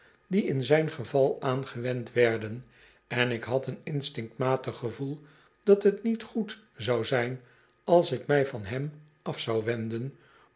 die in zijn geval aangewend werden en ik had een instinctmatig gevoel dat t niet goed zou zijn als ik mij van hem af zou